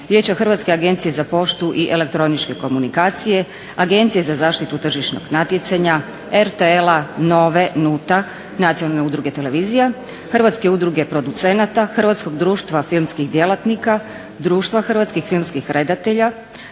Hrvatske agencije za poštu i elektroničke komunikacije, Agencije za zaštitu tržišnog natjecanja, RTL-a, Nova-e, NUT-a Nacionalne udruge televizija, Hrvatske udruge producenata, Hrvatskog društva filmskih djelatnika, Društva hrvatskih filmskih redatelja,